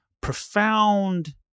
profound